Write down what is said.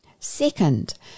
Second